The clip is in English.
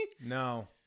No